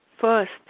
First